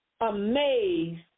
amazed